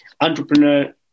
entrepreneur